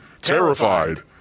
terrified